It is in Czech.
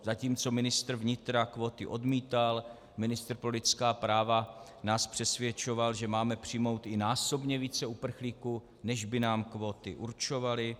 Zatímco ministr vnitra kvóty odmítal, ministr pro lidská práva nás přesvědčoval, že máme přijmout i násobně více uprchlíků, než by nám kvóty určovaly.